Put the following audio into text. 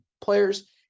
players